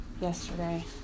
yesterday